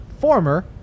former